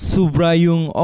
Subrayung